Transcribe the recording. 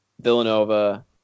Villanova